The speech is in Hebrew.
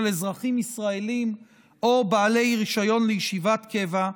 אזרחים ישראלים או בעלי רישיון לישיבת קבע,